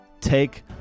take